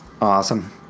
Awesome